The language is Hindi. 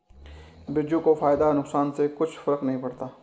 बिरजू को फायदा नुकसान से कुछ फर्क नहीं पड़ता